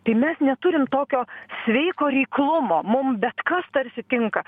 tai mes neturim tokio sveiko reiklumo mum bet kas tarsi tinka